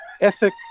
ethic